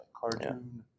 cartoon